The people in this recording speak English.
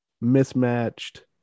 mismatched